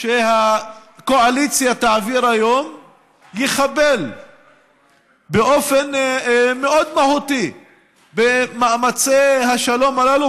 שהקואליציה תעביר היום יחבל באופן מאוד מהותי במאמצי השלום הללו,